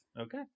Okay